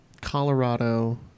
Colorado